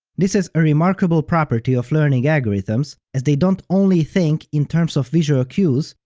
this is a remarkable property of learning algorithms, as they don't only think in terms of visual cues,